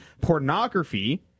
pornography